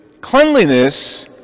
cleanliness